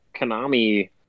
Konami